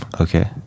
okay